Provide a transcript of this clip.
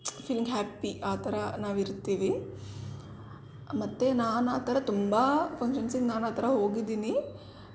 feeling happy ಆ ಥರ ನಾವು ಇರ್ತೀವಿ ಮತ್ತು ನಾನು ಆ ಥರ ತುಂಬ ಫಂಕ್ಷನ್ಸಿಗೆ ನಾನು ಆ ಥರ ಹೋಗಿದ್ದೀನಿ